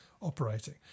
operating